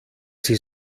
sie